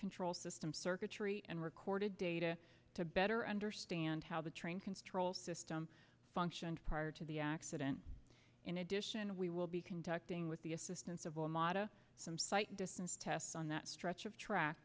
control system circuitry and recorded data to better understand how the train can stroll system functioned prior to the accident in addition we will be conducting with the assistance of all mata some sight distance tests on that stretch of track